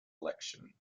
election